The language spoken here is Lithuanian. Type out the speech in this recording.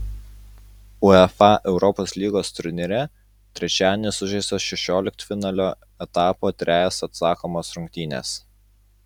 uefa europos lygos turnyre trečiadienį sužaistos šešioliktfinalio etapo trejos atsakomos rungtynės